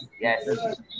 yes